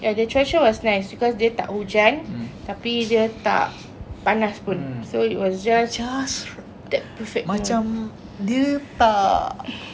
ya the cuaca was nice because dia tak hujan tapi dia tak panas pun so it was just that perfect moment